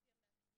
על פי המאפיינים